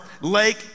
Lake